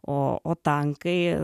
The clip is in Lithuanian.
o o tankai